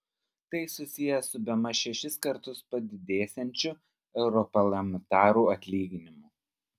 tai susiję su bemaž šešis kartus padidėsiančiu europarlamentarų atlyginimu